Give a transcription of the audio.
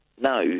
No